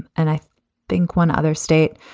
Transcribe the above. and i think one other state,